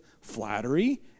flattery